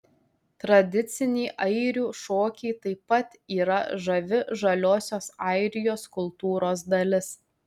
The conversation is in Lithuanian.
tradiciniai airių šokiai taip pat yra žavi žaliosios airijos kultūros dalis